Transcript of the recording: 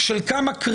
עצרת אותי?